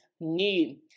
need